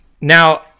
now